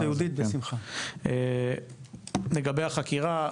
לגבי החקירה,